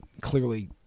clearly